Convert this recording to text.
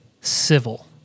civil